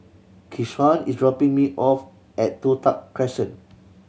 Keshawn is dropping me off at Toh Tuck Crescent